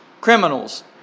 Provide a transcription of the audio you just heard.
criminals